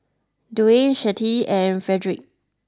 Duane Chante and Fredrick